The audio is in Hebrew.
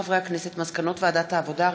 מסקנות ועדת העבודה,